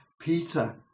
Peter